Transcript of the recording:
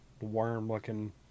worm-looking